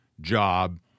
job